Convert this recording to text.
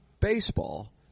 baseball